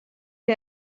wie